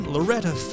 Loretta